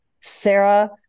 Sarah